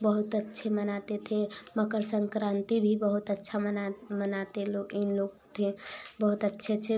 बहुत अच्छे मनाते थे मकर संक्रांति भी बहुत अच्छा मना मनाते लोग इन लोग थे बहुत अच्छे अच्छे